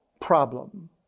problem